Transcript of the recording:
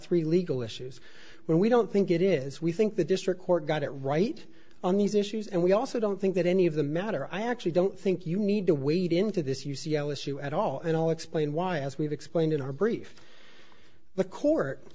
three legal issues when we don't think it is we think the district court got it right on these issues and we also don't think that any of the matter i actually don't think you need to wade into this u c l issue at all and i'll explain why as we've explained in our brief the court